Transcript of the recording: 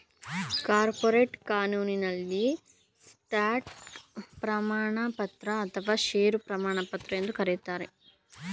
corporate ಕಾನೂನಿನಲ್ಲಿ stock ಪ್ರಮಾಣಪತ್ರ ಅಥವಾ ಶೇರು ಪ್ರಮಾಣಪತ್ರ ಎಂದು ಕರೆಯುತ್ತಾರೆ